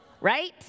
right